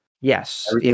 Yes